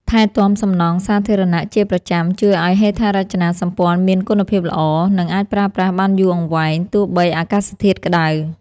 ថែទាំសំណង់សាធារណៈជាប្រចាំជួយឱ្យហេដ្ឋារចនាសម្ព័ន្ធមានគុណភាពល្អ និង អាចប្រើប្រាស់បានយូរអង្វែងទោះបីអាកាសធាតុក្ដៅ។